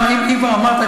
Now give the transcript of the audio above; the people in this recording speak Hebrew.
אם כבר אמרת,